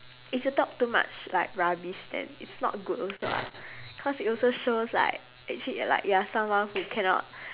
if you talk too much like rubbish then it's not good also [what] cause it also shows like actually like you're like you are someone that cannot